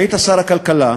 היית שר הכלכלה,